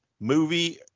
movie